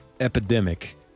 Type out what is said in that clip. epidemic